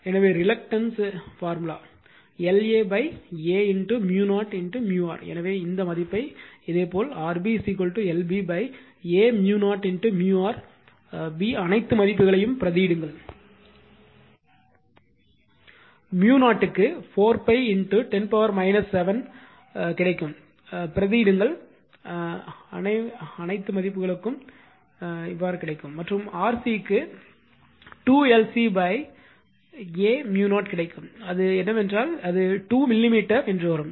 எனவே ரிலக்டன்ஸ் சூத்திரம் LA Aµ0µr எனவே இந்த மதிப்பை இதேபோல் RB LB Aµ0µR B அனைத்து மதிப்புகளையும் பிரதியிடுங்கள் µ0 க்கு 4 pi 10 7 பவர்க்கு கிடைக்கும் பிரதியிடுங்கள் அனைவருக்கும் இந்த மதிப்பு கிடைக்கும் மற்றும் RC க்கு 2 LC aµ0 கிடைக்கும் அது என்னவென்றால் அது 2 மில்லிமீட்டர் என்று வரும்